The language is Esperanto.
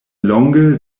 longe